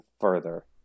further